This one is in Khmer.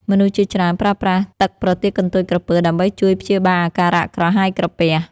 មនុស្សជាច្រើនប្រើប្រាស់ទឹកប្រទាលកន្ទុយក្រពើដើម្បីជួយព្យាបាលអាការៈក្រហាយក្រពះ។